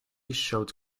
showed